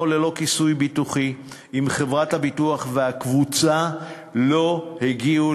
ללא כיסוי ביטוחי אם חברת הביטוח והקבוצה לא הגיעו